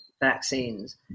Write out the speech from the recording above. vaccines